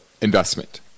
investment